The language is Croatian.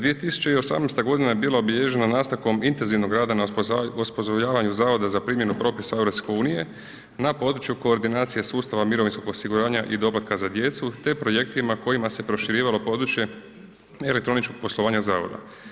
2018.g. je bila obilježena nastavkom intenzivnog rada na osposobljavanju zavoda za primjenu propisa EU na području koordinacije sustava mirovinskog osiguranja i doplatka za djecu, te projektima kojima se proširivalo područje elektroničkog poslovanja zavoda.